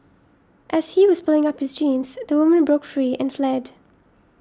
as he was pulling up his jeans the woman broke free and fled